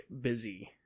busy